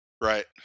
Right